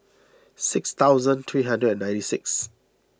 six thousand three hundred and ninety six